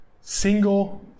Single